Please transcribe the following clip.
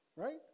Right